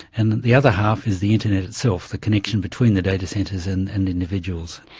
and the the other half is the internet itself, the connection between the data centres and and individuals.